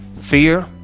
fear